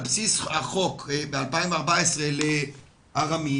על בסיס החוק ב-2014 לארמים,